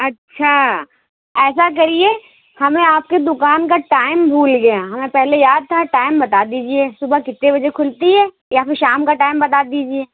اچھا ایسا کریے ہمیں آپ کے دکان کا ٹائم بھول گئے ہمیں پہلے یاد تھا ٹائم بتا دیجیے صبح کتنے بجے کھلتی ہے یا پھر شام کا ٹائم بتا دیجیے